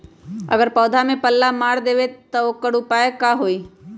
अगर पौधा में पल्ला मार देबे त औकर उपाय का होई?